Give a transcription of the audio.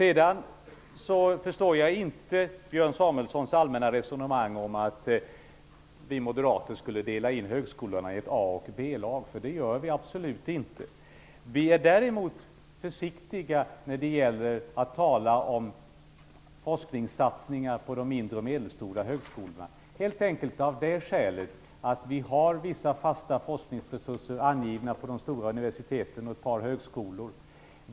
Jag förstår inte Björn Samuelsons allmänna resonemang om att vi moderater skulle dela in högskolorna i ett A och ett B-lag. Det gör vi absolut inte. Vi är däremot försiktiga när det gäller att tala om forskningssatsningar på de mindre och medelstora högskolorna. Det är helt enkelt av det skälet att det finns vissa fasta forskningsresurser angivna på de stora universiteten och ett par högskolor.